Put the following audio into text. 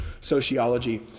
sociology